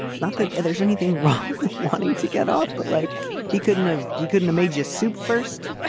not that there's anything wrong with wanting to get off, but like he couldn't have. he couldn't. a major soup first